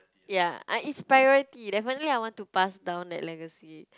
ya I it's priority definitely I want to pass down that legacy